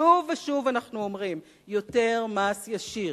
שוב ושוב אנחנו אומרים: יותר מס ישיר,